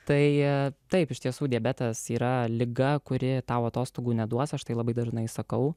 tai taip iš tiesų diabetas yra liga kuri tau atostogų neduos aš tai labai dažnai sakau